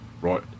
Right